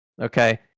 Okay